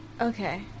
Okay